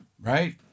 Right